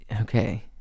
okay